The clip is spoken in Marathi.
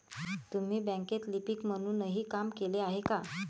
तुम्ही बँकेत लिपिक म्हणूनही काम केले आहे का?